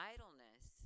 Idleness